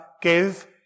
give